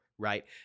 Right